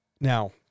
Now